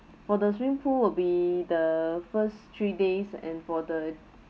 for the swimming pool will be the first three days and for the